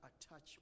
attachment